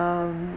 um